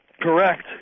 Correct